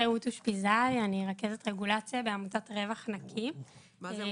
אני רכזת רגולציה בעמותת רווח נקי.